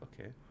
Okay